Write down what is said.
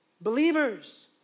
Believers